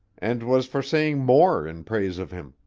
and was for saying more in praise of him,